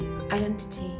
identity